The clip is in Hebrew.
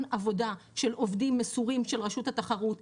עבודה של עובדים מסורים של רשות התחרות,